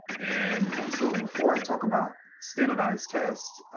and and so before i talk about standardized tests,